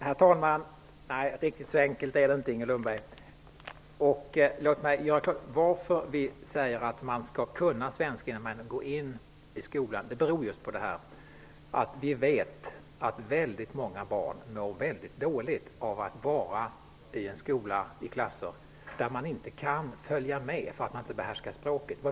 Herr talman! Riktigt så enkelt är det inte, Inger Lundberg. Orsaken till att vi säger att man skall kunna svenska när man går in i skolan beror just på att vi vet att väldigt många barn mår mycket dåligt av vara i klasser i en skola där de inte kan följa med därför att de inte behärskar språket.